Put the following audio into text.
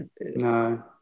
No